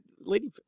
lady